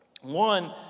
One